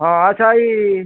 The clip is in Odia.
ହଁ ଆଚ୍ଛା ଇ